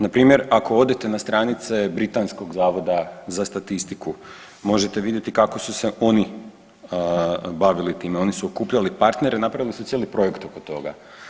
Npr. ako odete na stranice britanskog zavoda za statistiku možete vidjeti kako su se oni bavili time, oni su okupljali partnere i napravili su cijeli projekt oko toga.